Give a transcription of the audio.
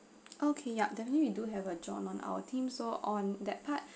okay yup definitely we do have a john on our team so on that part